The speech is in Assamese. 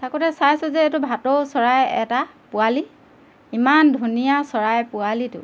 থাকোঁতে চাইছোঁ যে এইটো ভাটৌ চৰাই এটা পোৱালি ইমান ধুনীয়া চৰাই পোৱালীটো